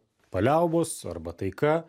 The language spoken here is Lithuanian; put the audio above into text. paliaubos arba taika